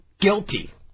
Guilty